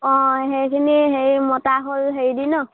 অঁ সেইখিনি হেৰি মতা হ'ল হেৰি দি ন